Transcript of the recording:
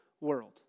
world